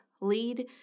lead